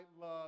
love